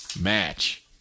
match